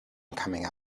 coming